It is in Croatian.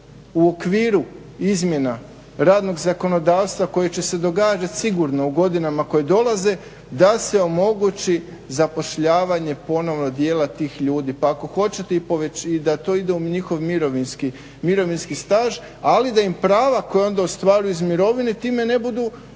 u okviru izmjena radnog zakonodavstva koje će se događati sigurno u godinama koje dolaze da se omogući zapošljavanje ponovo dijela tih ljudi pa ako hoćete da to ide u njihov mirovinski staž. Ali da im prava koja onda ostvaruju iz mirovine time ne budu smanjena.